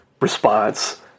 response